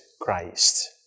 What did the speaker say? Christ